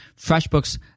FreshBooks